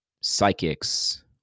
psychics